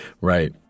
Right